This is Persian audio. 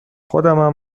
خودمم